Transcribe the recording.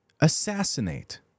assassinate